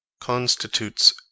constitutes